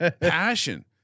Passion